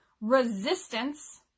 resistance